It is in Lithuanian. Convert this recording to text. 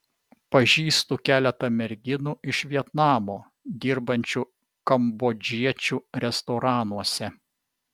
pažįstu keletą merginų iš vietnamo dirbančių kambodžiečių restoranuose